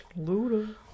Luda